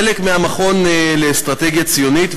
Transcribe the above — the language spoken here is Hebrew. חלק מהמכון לאסטרטגיה ציונית,